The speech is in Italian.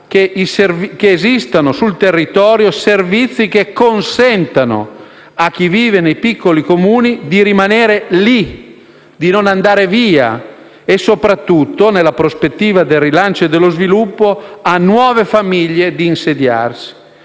che esistano sul territorio servizi che consentano a chi vive nei piccoli Comuni di rimanervi, di non andare via e soprattutto, nella prospettiva del rilancio e dello sviluppo, che consentano a nuove famiglie di insediarsi.